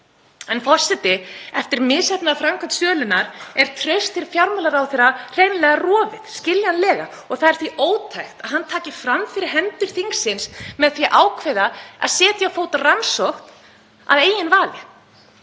En, forseti, eftir misheppnaða framkvæmd sölunnar er traust til fjármálaráðherra hreinlega rofið, skiljanlega. Það er því ótækt að hann taki fram fyrir hendur þingsins með því að ákveða að setja á fót rannsókn að eigin vali.